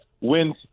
wins